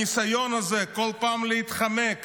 הניסיון הזה בכל פעם להתחמק